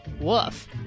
Woof